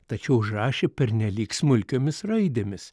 tačiau užrašė pernelyg smulkiomis raidėmis